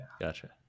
Gotcha